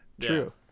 True